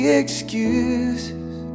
excuses